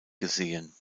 gesehen